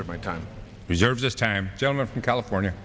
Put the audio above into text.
my time reserves this time gentleman from california